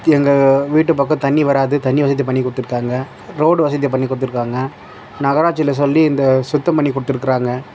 எங்க வீட்டுப் பக்கம் தண்ணி வராது தண்ணி வசதி பண்ணிக் கொடுத்துருக்காங்க ரோடு வசதி பண்ணிக் கொடுத்துருக்காங்க நகராட்சியில் சொல்லி இந்த சுத்தம் பண்ணிக் கொடுத்துருக்குறாங்க